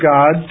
God